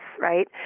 right